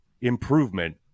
improvement